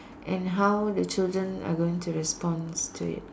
and how the children are going to response to it